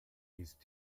ist